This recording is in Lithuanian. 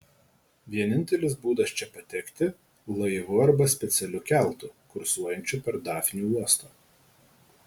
vienintelis būdas čia patekti laivu arba specialiu keltu kursuojančiu per dafnių uostą